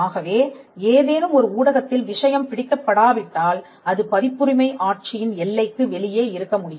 ஆகவே ஏதேனும் ஒரு ஊடகத்தில் விஷயம் பிடிக்கப் படாவிட்டால் அது பதிப்புரிமை ஆட்சியின் எல்லைக்கு வெளியே இருக்க முடியும்